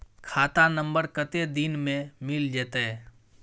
खाता नंबर कत्ते दिन मे मिल जेतै?